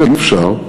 אם אפשר,